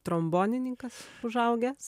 trombonininkas užaugęs